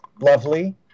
lovely